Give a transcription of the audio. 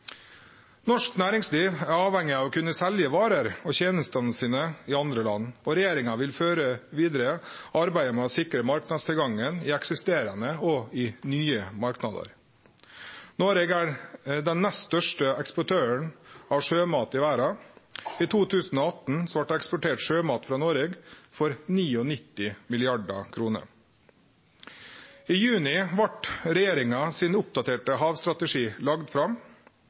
Norsk næringsliv er avhengig av å kunne selje varene og tenestene sine i andre land, og regjeringa vil føre vidare arbeidet med å sikre marknadstilgang i eksisterande og nye marknader. Noreg er den nest største eksportøren av sjømat i verda. I 2018 vart det eksportert sjømat frå Noreg for 99 mrd. kr. I juni vart regjeringa sin oppdaterte havstrategi lagd fram.